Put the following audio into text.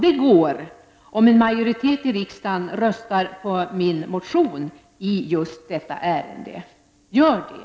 Det går, om en majoritet i riksdagen röstar på min motion i detta ärende. Gör det!